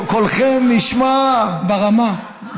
קולכם נשמע ברמה,